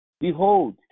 behold